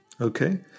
Okay